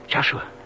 Joshua